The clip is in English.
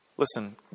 Listen